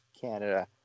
Canada